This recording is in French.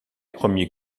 premiers